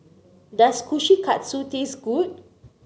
does Kushikatsu taste good